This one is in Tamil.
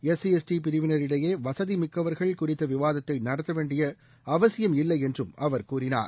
எஸ் சி எஸ் டி பிரிவினரிடையே வசதி மிக்கவர்கள் குறித்த விவாதத்தை நடத்த வேண்டிய அவசியம் இல்லை என்றும் அவர் கூறினார்